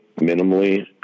minimally